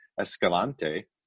Escalante